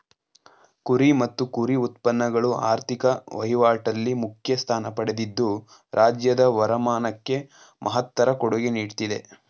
ಕುರಿ ಮತ್ತು ಕುರಿ ಉತ್ಪನ್ನಗಳು ಆರ್ಥಿಕ ವಹಿವಾಟಲ್ಲಿ ಮುಖ್ಯ ಸ್ಥಾನ ಪಡೆದಿದ್ದು ರಾಜ್ಯದ ವರಮಾನಕ್ಕೆ ಮಹತ್ತರ ಕೊಡುಗೆ ನೀಡ್ತಿದೆ